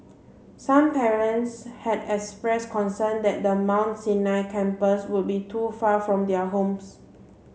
some parents had express concern that the Mount Sinai campus would be too far from their homes